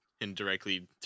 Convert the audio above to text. indirectly